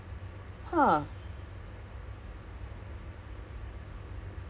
I do but ma~ normally I will cook lah I can cook